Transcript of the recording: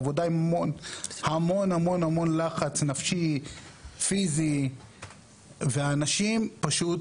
זו עבודה עם המון המון לחץ נפשי ופיזי והאנשים פשוט